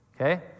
okay